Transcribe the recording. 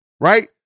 right